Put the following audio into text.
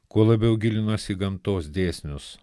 kuo labiau gilinosi į gamtos dėsnius